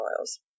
oils